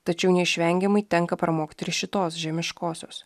tačiau neišvengiamai tenka pramokti ir šitos žemiškosios